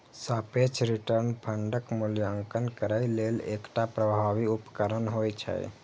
सापेक्ष रिटर्न फंडक मूल्यांकन करै लेल एकटा प्रभावी उपकरण होइ छै